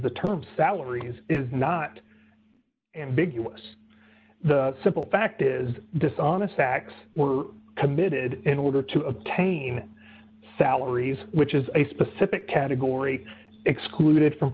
the term salaries is not a big us the simple fact is dishonest facts were committed in order to obtain salaries which is a specific category excluded from